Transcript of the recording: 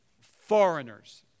foreigners